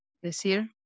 decir